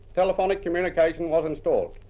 telephonic communication was installed.